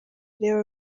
reba